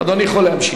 אדוני יכול להמשיך.